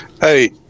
Hey